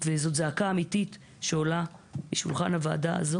ורק אותה,